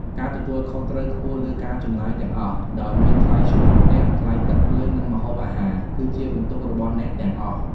ការទទួលខុសត្រូវខ្ពស់លើការចំណាយទាំងអស់ ដោយមានថ្លៃឈ្នួលផ្ទះ ថ្លៃទឹក ភ្លើង និងម្ហូបអាហារ គឺជាបន្ទុករបស់អ្នកទាំងអស់។